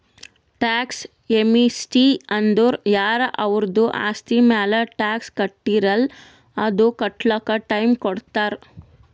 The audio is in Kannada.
ಟ್ಯಾಕ್ಸ್ ಯೇಮ್ನಿಸ್ಟಿ ಅಂದುರ್ ಯಾರ ಅವರ್ದು ಆಸ್ತಿ ಮ್ಯಾಲ ಟ್ಯಾಕ್ಸ್ ಕಟ್ಟಿರಲ್ಲ್ ಅದು ಕಟ್ಲಕ್ ಟೈಮ್ ಕೊಡ್ತಾರ್